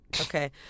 okay